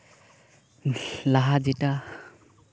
ᱞᱟᱦᱟ ᱡᱮᱴᱟ